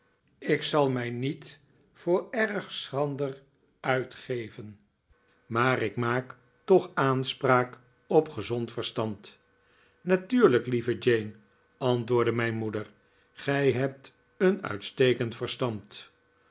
ik maak voor erg schrander uitgeven maar ik maak toch aanspraak op gezond verstand natuurlijk lieve jane antwoordde mijn moeder gij hebt een uitstekend